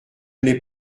n’ai